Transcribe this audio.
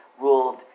ruled